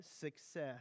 success